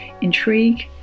intrigue